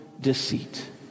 deceit